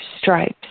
stripes